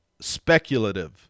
speculative